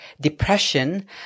depression